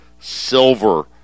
Silver